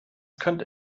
könnte